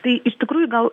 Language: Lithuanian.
tai iš tikrųjų gal